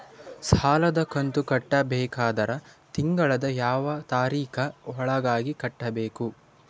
ಸಾಲದ ಕಂತು ಕಟ್ಟಬೇಕಾದರ ತಿಂಗಳದ ಯಾವ ತಾರೀಖ ಒಳಗಾಗಿ ಕಟ್ಟಬೇಕು?